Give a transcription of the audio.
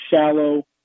shallow